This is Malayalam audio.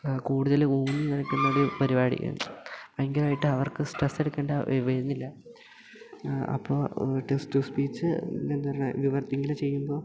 കൂടുതൽ ഊന്നിനിൽക്കുന്ന ഒരു പരിപാടി ഭയങ്കരമായിട്ട് അവർക്ക് സ്ട്രെസ് എടുക്കേണ്ടി വരുന്നില്ല അപ്പോൾ ടെസ്റ്റുസ്പീച്ച് എന്തു പറയുന്നത് ഇവർ ഇങ്ങനെ ചെയ്യുമ്പോൾ